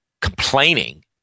complaining